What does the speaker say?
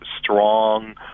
strong